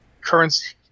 currency